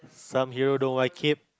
some hero don't like it